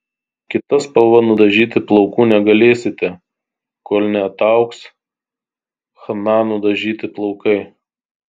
kita spalva nudažyti plaukų negalėsite kol neataugs chna nudažyti plaukai